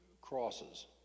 crosses